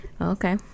Okay